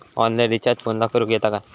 Online recharge फोनला करूक येता काय?